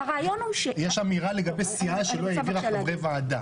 יש אמירה לגבי סיעה שלא העבירה חברי ועדה.